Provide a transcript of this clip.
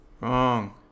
Wrong